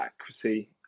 accuracy